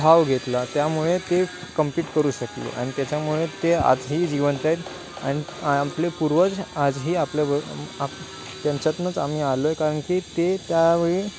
भाव घेतला त्यामुळे ते कमपिट करू शकलो अन त्याच्यामुळे ते आजही जिवंत अन आपले पूर्वज आजही आपल्या व आप त्यांच्यातनंच आम्ही आलोय कारण की ते त्यावेळी